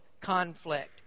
conflict